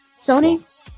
Sony